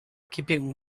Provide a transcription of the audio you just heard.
keeping